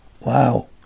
Wow